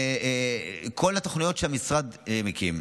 כל התוכניות שהמשרד מקים.